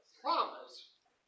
promise